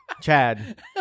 Chad